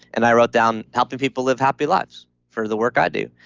and i wrote down helping people live happy lives for the work i do.